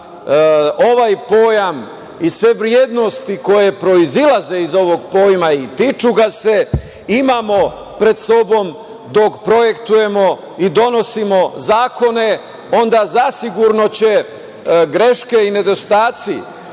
ovaj pojam i sve vrednosti koje proizilaze iz ovog pojma i tiču ga se, imamo pred sobom dok projektujemo i donosimo zakone, zasigurno će greške i nedostaci